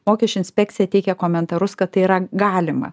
mokesčių inspekcija teikė komentarus kad tai yra galima